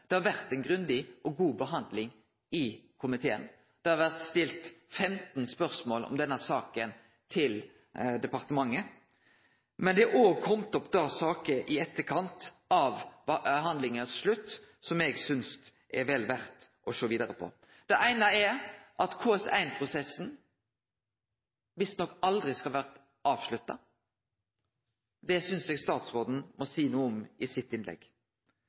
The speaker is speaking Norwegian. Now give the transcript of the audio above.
Det har vore ei grundig og god behandling i komiteen, det har vore stilt 15 spørsmål om denne saka til departementet. Men det er òg kome opp saker i etterkant av behandlinga som eg synest det er vel verdt å sjå nærare på. Det eine er at KS1-prosessen visstnok aldri skal ha vorte avslutta. Det synest eg statsråden må seie noko om i innlegget sitt.